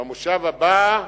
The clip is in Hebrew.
במושב הבא,